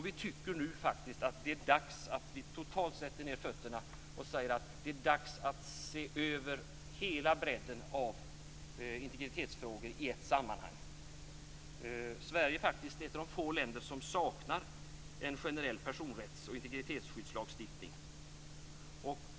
Vi tycker att det är dags att vi sätter ned fötterna och säger att det är dags att se över hela bredden av integritetsfrågor i ett sammanhang. Sverige är faktiskt ett av de få länder som saknar en generell personrätts och integritetsskyddslagstiftning.